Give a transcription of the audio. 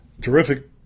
terrific